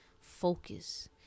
Focus